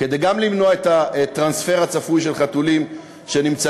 כדי גם למנוע את הטרנספר הצפוי של חתולים שנמצאים